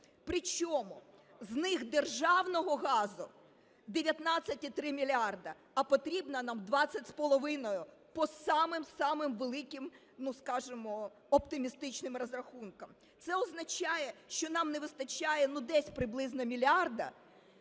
Причому з них державного газу 19,3 мільярда, а потрібно нам 20,5 по самим-самим великим, скажемо, оптимістичним розрахункам. Це означає, що нам не вистачає, ну, десь приблизно мільярда,